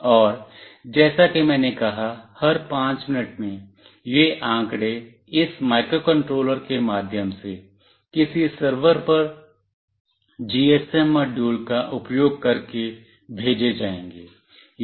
और जैसा कि मैंने कहा हर 5 मिनट में ये आंकड़े इस माइक्रोकंट्रोलर के माध्यम से किसी सर्वर पर जीएसएम मॉड्यूल का उपयोग करके भेजे जाऐंगे